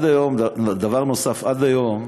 דבר נוסף, עד היום,